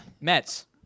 Mets